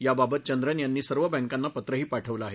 याबाबत चंद्रन यांनी सर्व बँकांना पत्रही पाठवलं आहे